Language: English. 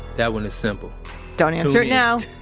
that one is simple don't answer it now